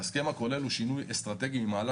ההסכם הכולל הוא שינוי אסטרטגי ממעלה